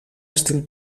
estil